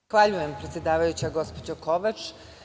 Zahvaljujem, predsedavajuća, gospođo Kovač.